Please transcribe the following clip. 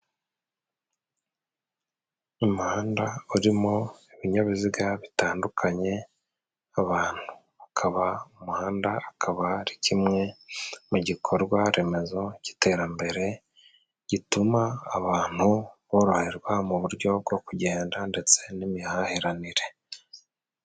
Umuhanda urimo ibinyabiziga bitandukanye, abantu bakaba, umuhanda akaba ari kimwe mu gikorwa remezo cy'iterambere, gituma abantu boroherwa mu buryo bwo kugenda ndetse n'imihahiranire.